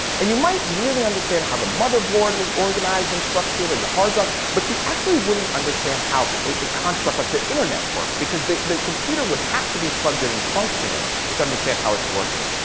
and you might really understand how the motherboard was organized and structures and the hard drive. but you actually wouldn't understand how a construct like the internet work. because the the computer would have to be plugged in and functioning to understand how it's working.